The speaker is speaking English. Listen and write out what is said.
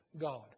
God